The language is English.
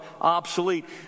obsolete